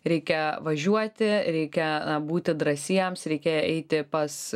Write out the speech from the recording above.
reikia važiuoti reikia būti drąsiems reikia eiti pas